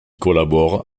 collabore